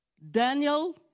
Daniel